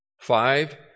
Five